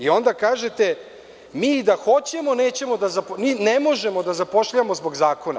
Onda kažete – mi i da hoćemo, mi ne možemo da zapošljavamo zbog zakona.